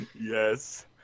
Yes